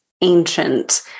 ancient